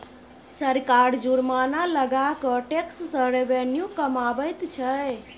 सरकार जुर्माना लगा कय टैक्स सँ रेवेन्यू कमाबैत छै